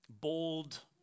Bold